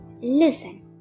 Listen